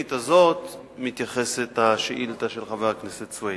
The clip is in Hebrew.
ולתוכנית הזאת מתייחסת השאילתא של חבר הכנסת סוייד.